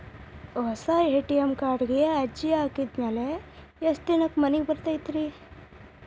ಹೊಸಾ ಎ.ಟಿ.ಎಂ ಕಾರ್ಡಿಗೆ ಅರ್ಜಿ ಹಾಕಿದ್ ಮ್ಯಾಲೆ ಎಷ್ಟ ದಿನಕ್ಕ್ ಮನಿಗೆ ಬರತೈತ್ರಿ?